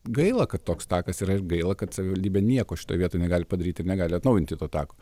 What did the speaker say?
gaila kad toks takas yra gaila kad savivaldybė nieko šitoj vietoj negali padaryt ir negali atnaujinti to tako